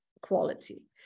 quality